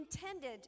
intended